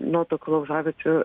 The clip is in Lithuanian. nuo tokių laužaviečių